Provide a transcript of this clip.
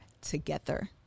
together